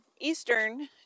Eastern